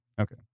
Okay